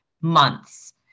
months